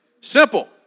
simple